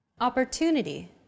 Opportunity